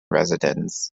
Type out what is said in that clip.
residence